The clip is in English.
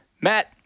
Matt